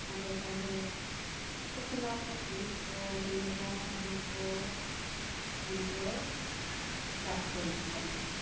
ᱟᱫᱚ ᱛᱟᱦᱚᱞᱮ ᱪᱷᱚᱞᱟ ᱠᱚ ᱛᱩᱲᱤ ᱠᱚ ᱦᱩᱭᱩᱜ ᱟ ᱟᱹᱞᱩ ᱠᱚ ᱤᱱᱟ ᱠᱚ ᱪᱟᱥ ᱦᱩᱭᱩᱜ ᱠᱟᱱᱟ